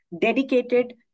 dedicated